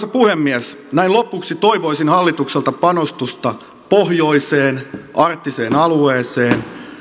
puhemies näin lopuksi toivoisin hallitukselta panostusta pohjoiseen arktiseen alueeseen